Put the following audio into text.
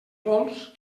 pols